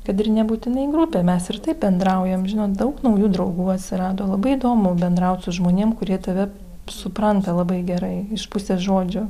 kad ir nebūtinai grupė mes ir taip bendraujam žinot daug naujų draugų atsirado labai įdomu bendraut su žmonėm kurie tave supranta labai gerai iš pusės žodžio